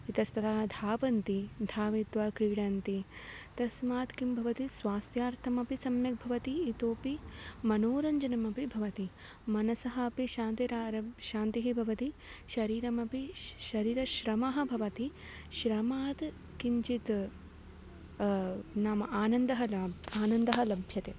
इतस्ततः धावन्ति धावित्वा क्रीडन्ति तस्मात् किं भवति स्वास्यार्थमपि सम्यक् भवति इतोऽपि मनोरञ्जनमपि भवति मनसः अपि शान्तिः शान्तिः भवति शरीरमपि शरीरश्रमः भवति श्रमाद् किञ्चित् नाम आनन्दः ल आनन्दः लभ्यते